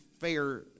fair